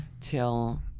till